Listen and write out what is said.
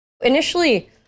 Initially